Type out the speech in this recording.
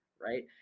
right